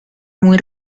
muy